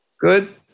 good